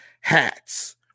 hats